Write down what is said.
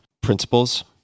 principles